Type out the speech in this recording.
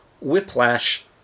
Whiplash